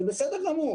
זה בסדר גמור.